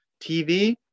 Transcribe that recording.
TV